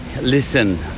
listen